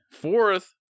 Fourth